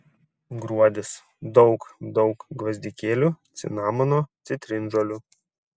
gruodis daug daug gvazdikėlių cinamono citrinžolių